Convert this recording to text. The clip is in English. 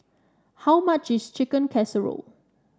how much is Chicken Casserole